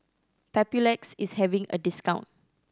Papulex is having a discount